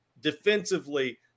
defensively